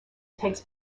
takes